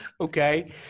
Okay